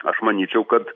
aš manyčiau kad